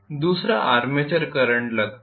दूसरा armature current लगता है